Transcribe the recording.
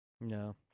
No